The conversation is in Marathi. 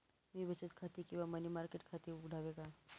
मी बचत खाते किंवा मनी मार्केट खाते उघडावे का?